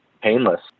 painless